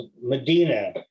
Medina